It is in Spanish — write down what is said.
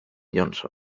johnson